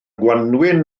gwanwyn